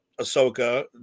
Ahsoka